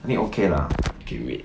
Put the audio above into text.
I think okay lah okay wait